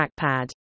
trackpad